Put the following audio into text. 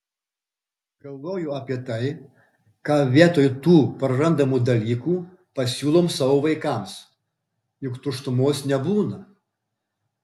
galvoju apie tai ką vietoj tų prarandamų dalykų pasiūlom savo vaikams juk tuštumos nebūna